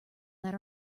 that